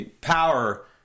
Power